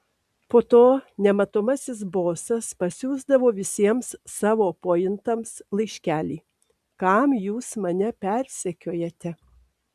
po to nematomasis bosas pasiųsdavo visiems savo pointams laiškelį kam jūs mane persekiojate